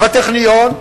בטכניון,